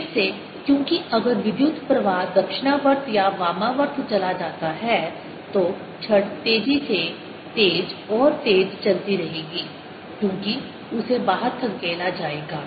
फिर से क्योंकि अगर विद्युत प्रवाह दक्षिणावर्त या वामावर्त चला जाता है तो छड़ तेजी से तेज और तेज चलती रहेगी क्योंकि उसे बाहर धकेला जाएगा